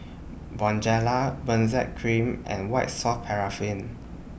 Bonjela Benzac Cream and White Soft Paraffin